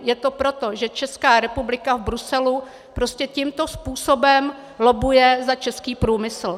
Je to proto, že Česká republika v Bruselu prostě tímto způsobem lobbuje za český průmysl.